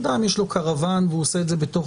אדם יש לו קרוון והוא עושה את זה בתוך